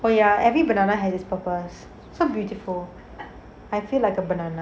well ya every banana has it's purpose so beautiful I feel like a banana